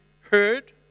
heard